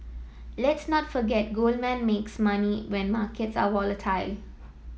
let's not forget Goldman makes money when markets are volatile